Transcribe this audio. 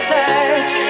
touch